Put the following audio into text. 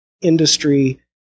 industry